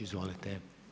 Izvolite.